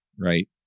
right